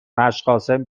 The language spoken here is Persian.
مشقاسم